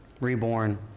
Reborn